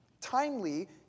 timely